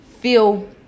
feel